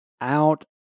out